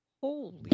Holy